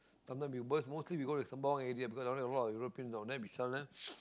sometime we but we mostly we go Sembawang area because down there got a lot of area print then we sometime